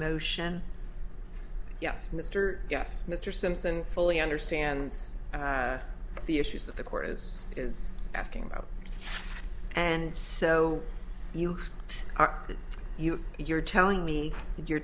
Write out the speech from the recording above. motion yes mr yes mr simpson fully understands the issues that the court is is asking about and so you are you you're telling me that you're